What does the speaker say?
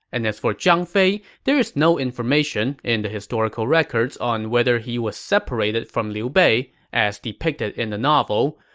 and as for zhang fei, there is no information in the historical records on whether he was separated from liu bei, as depicted in the novel,